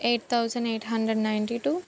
eight thousand eight hundred ninety two